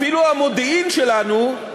אפילו המודיעין שלנו,